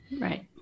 right